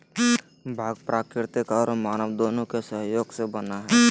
बाग प्राकृतिक औरो मानव दोनों के सहयोग से बना हइ